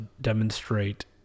demonstrate